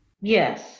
Yes